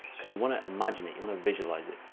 because you want to imagine it. you want to visualize it.